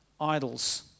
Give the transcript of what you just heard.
Idols